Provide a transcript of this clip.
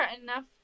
enough